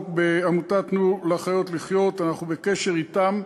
בעמותת "תנו לחיות לחיות" אנחנו בקשר אתם,